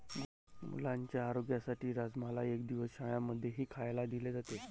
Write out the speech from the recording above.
मुलांच्या आरोग्यासाठी राजमाला एक दिवस शाळां मध्येही खायला दिले जाते